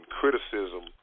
criticism